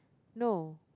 no